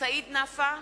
סעיד נפאע,